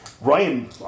Ryan